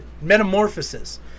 Metamorphosis